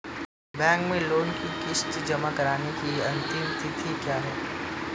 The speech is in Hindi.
बैंक में लोंन की किश्त जमा कराने की अंतिम तिथि क्या है?